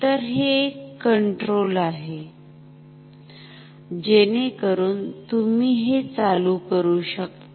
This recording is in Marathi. तर हे एक कंट्रोल आहे जेणेकरून हे तुम्ही चालू करू शकता